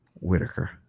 Whitaker